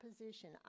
position